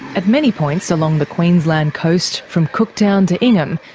at many points along the queensland coast, from cooktown to ingham,